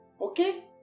Okay